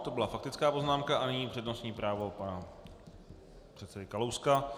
To byla faktická poznámka a nyní přednostní právo pana předsedy Kalouska.